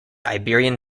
iberian